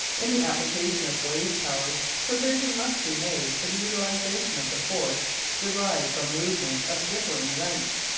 in the application of wave-power provision must be made for the utilisation of the force derived from movements of differing lengths,